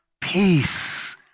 peace